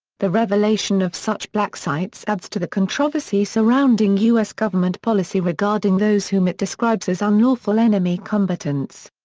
the revelation of such black sites adds to the controversy surrounding us government policy regarding those whom it describes as unlawful enemy combatants.